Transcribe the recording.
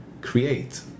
create